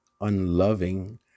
unloving